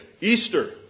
Easter